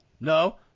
No